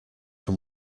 from